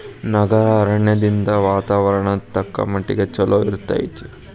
ನಗರ ಅರಣ್ಯದಿಂದ ವಾತಾವರಣ ತಕ್ಕಮಟ್ಟಿಗೆ ಚಲೋ ಇರ್ತೈತಿ